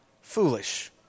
foolish